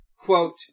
quote